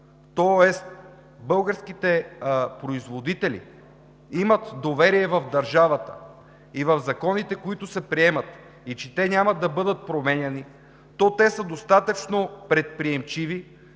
тоест българските производители имат доверие в държавата и в законите, които се приемат и че те няма да бъдат променяни, то те са достатъчно предприемчиви,